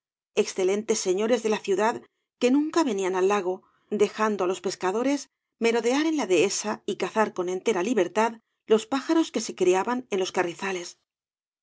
excelentes señores de la ciudad que nunca venían al lago dejando á los pescadores merodear en la dehesa y cazar con entera libertad los pájaros que se criaban en los carrizales